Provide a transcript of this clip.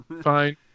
Fine